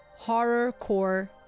horrorcore